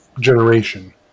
generation